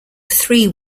three